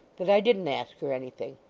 that i didn't ask her anything.